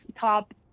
top